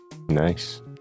Nice